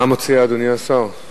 מה מציע, אדוני השר,